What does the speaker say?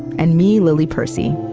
and me, lily percy.